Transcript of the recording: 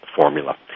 formula